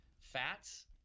fats